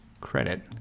credit